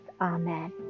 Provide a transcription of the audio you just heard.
Amen